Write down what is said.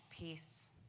Peace